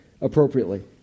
appropriately